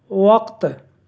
وقت